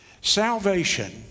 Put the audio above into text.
Salvation